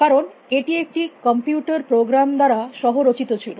কারণ এটি একটি কম্পিউটার প্রোগ্রাম দ্বারা সহ রচিত ছিল